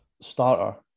starter